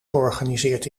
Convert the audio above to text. georganiseerd